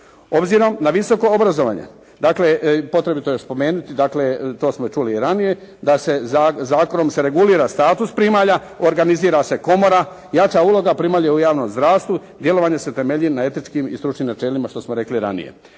Obzirom na visoko obrazovanje, dakle potrebito je spomenuti, to smo čuli i ranije da se zakonom regulira status primalja, organizira se komora, jača uloga primalje u javnom zdravstvu, djelovanje se temelji na etičkim i stručnim načelima, što smo rekli ranije.